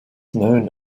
known